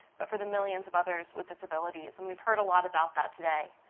but for the millions of others with disabilities, and we've heard a lot about that today.